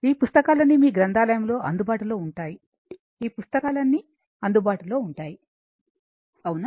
ఈ పుస్తకాలన్నీ మీ గ్రంధాలయములో అందుబాటులో ఉంటాయి ఈ పుస్తకాలన్నీ కూడా అందుబాటులో ఉంటాయి అవునా